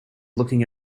looking